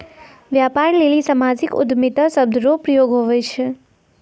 व्यापार लेली सामाजिक उद्यमिता शब्द रो प्रयोग हुवै छै